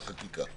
החקיקה.